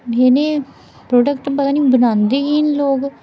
नेह् नेह् प्रोडकट पता निं बनांदे की न लोक